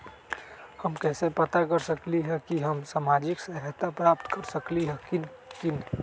हम कैसे पता कर सकली ह की हम सामाजिक सहायता प्राप्त कर सकली ह की न?